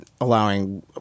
allowing